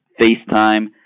FaceTime